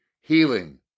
healing